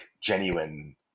genuine